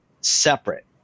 separate